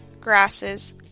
grasses